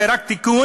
זה רק תיקון,